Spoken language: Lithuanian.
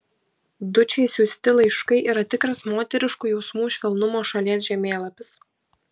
dučei siųsti laiškai yra tikras moteriškų jausmų švelnumo šalies žemėlapis